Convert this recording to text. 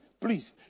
please